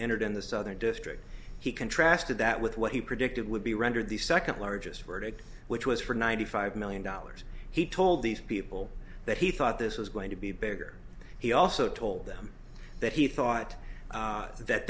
entered in the southern district he contrasted that with what he predicted would be rendered the second largest verdict which was for ninety five million dollars he told these people that he thought this was going to be bigger he also told them that he thought that th